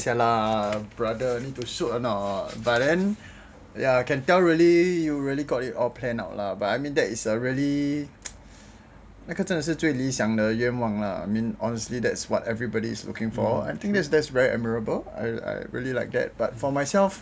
!wah! !siala! brother need to shoot or not but then ya can tell really you really got it all planned out lah but I mean that is a really because 真的是最理想的愿望了 I mean honestly that's what everybody's looking for I think there's there's very admirable I really like that but for myself